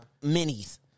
minis